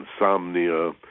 insomnia